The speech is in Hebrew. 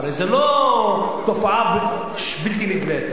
הרי זה לא תופעה בלתי נדלית,